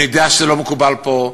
אני יודע שזה לא מקובל פה,